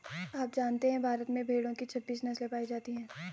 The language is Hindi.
आप जानते है भारत में भेड़ो की छब्बीस नस्ले पायी जाती है